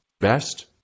best